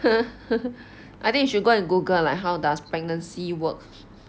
I think you should go and Google like how does pregnancy work